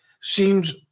seems